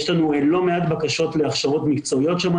יש לנו לא מעט בקשות להכשרות מקצועיות שם,